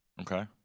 Okay